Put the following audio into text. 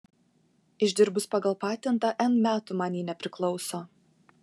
išdirbus pagal patentą n metų man ji nepriklauso